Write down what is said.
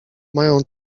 mają